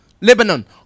Lebanon